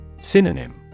Synonym